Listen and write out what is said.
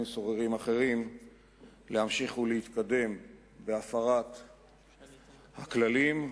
סוררים אחרים להמשיך להתקדם בהפרת הכללים,